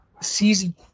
season